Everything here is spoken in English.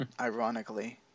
ironically